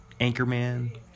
Anchorman